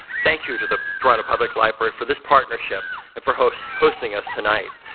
thank you to the toronto public library for this partnership and for hosting hosting us tonight.